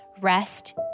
rest